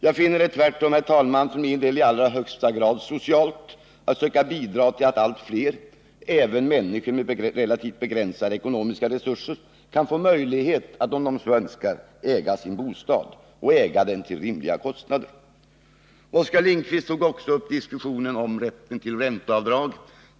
För min del finner jag det tvärtom i allra högsta grad socialt att söka bidra till att allt fler — även människor med relativt begränsade ekonomiska resurser — kan få möjlighet att, om de så önskar, äga sin bostad — och äga den till rimliga kostnader. Oskar Lindkvist tog också upp diskussionen om rätten till ränteavdrag.